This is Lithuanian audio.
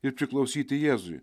ir priklausyti jėzui